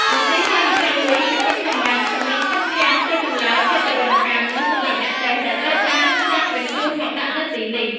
មន្ទីរ ស-២១ជាគុកសម្ងាត់សម្រាប់ឃុំឃាំង សួរចម្លើយ ធ្វើទារុណកម្ម និងសម្លាប់អ្នកទោសដែលត្រូវបានចាប់ បញ្ជូនមកដាក់នៅទីនេះ៖ ។